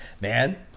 Man